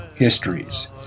histories